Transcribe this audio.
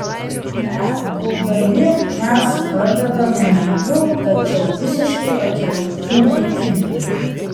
net kurdami mes pradedame naiviu tačiau visiškai akivaizdžiu naikinimu